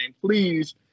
please